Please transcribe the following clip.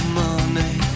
money